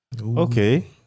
Okay